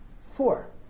Four